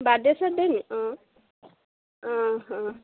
birthday চাৰ্থডে' নি অঁ অঁ অঁ